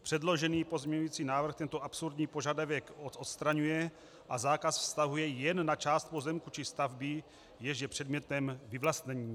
Předložený pozměňovací návrh tento absurdní požadavek odstraňuje a zákaz vztahuje jen na část pozemku či stavby, jež je předmětem vyvlastnění.